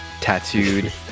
tattooed